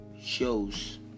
shows